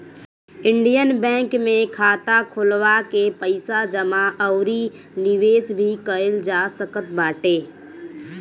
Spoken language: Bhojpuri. इंडियन बैंक में खाता खोलवा के पईसा जमा अउरी निवेश भी कईल जा सकत बाटे